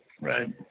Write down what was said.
Right